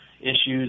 issues